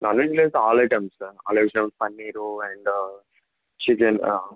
నాన్వెజ్లో అయితే all items sir all items paneer and chicken